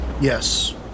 Yes